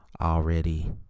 already